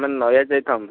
ଆମେ ନରାଜ ଯାଇଥାନ୍ତୁ